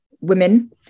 women